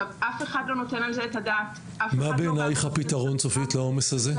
אף אחד לא נותן על זה את הדעת --- מה בעינייך הפתרון לעומס הזה?